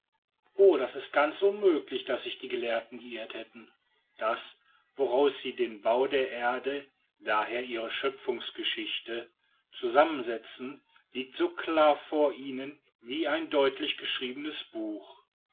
o das ist ganz unmöglich daß sich die gelehrten geirrt hätten das woraus sie den bau der erde d i die schöpfungsgeschichte zusammensetzen liegt so klar vor ihnen wie ein deutlich geschriebenes buch